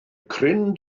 cryn